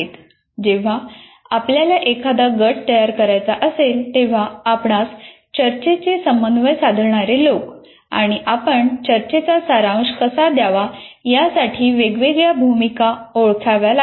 जेव्हा आपल्याला एखादा गट तयार करायचा असेल तेव्हा आपणास चर्चेचे समन्वय साधणारे लोक आणि आपण चर्चेचा सारांश कसा द्यावा यासाठी वेगवेगळ्या भूमिका ओळखाव्या लागतील